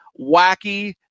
wacky